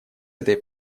этой